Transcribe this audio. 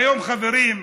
היום, חברים,